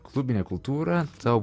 klubinė kultūra tau